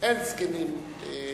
אין זקנים בכנסת.